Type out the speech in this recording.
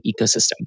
ecosystem